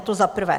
To za prvé.